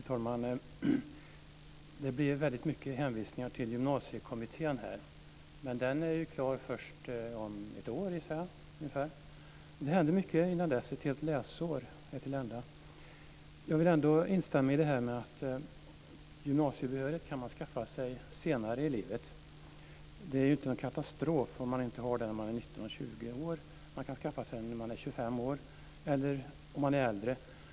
Fru talman! Det blir väldigt många hänvisningar till Gymnasiekommittén här, men den är ju klar först om ett år ungefär, gissar jag. Det händer mycket innan dess. Ett helt läsår hinner gå. Jag vill instämma i detta att man kan skaffa sig gymnasiebehörighet senare i livet. Det är inte någon katastrof om man inte har den när man är 19 eller 20 år. Man kan skaffa sig den när man är 25 år eller äldre.